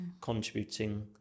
contributing